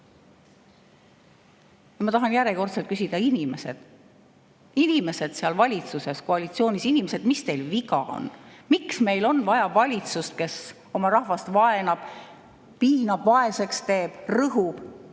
Ma tahan järjekordselt küsida: inimesed valitsuses, koalitsioonis, mis teil viga on? Miks meil on vaja valitsust, kes oma rahvast vaenab, piinab, vaeseks teeb, rõhub